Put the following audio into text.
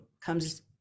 comes